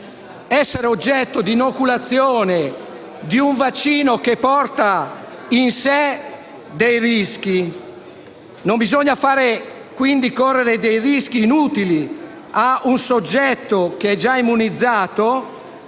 essere oggetto di inoculazione di un vaccino che porta in sé dei rischi. Non bisogna far quindi correre rischi inutili a un soggetto già immunizzato,